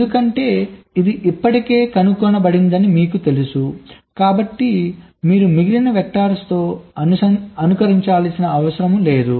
ఎందుకంటే ఇది ఇప్పటికే కనుగొనబడిందని మీకు తెలుసు కాబట్టి మీరు మిగిలిన వెక్టర్లతో అనుకరించాల్సిన అవసరం లేదు